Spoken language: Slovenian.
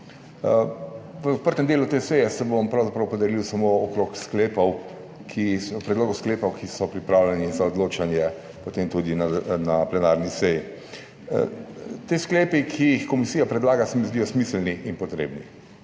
V odprtem delu te seje se bom pravzaprav opredelil samo okrog predlogov sklepov, ki so pripravljeni za odločanje potem tudi na plenarni seji. Ti sklepi, ki jih komisija predlaga, se mi zdijo smiselni in potrebni.